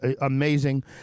amazing